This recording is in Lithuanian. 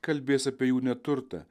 kalbės apie jų neturtą